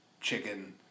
chicken